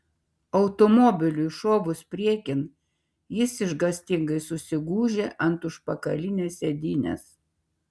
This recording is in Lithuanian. automobiliui šovus priekin jis išgąstingai susigūžė ant užpakalinės sėdynės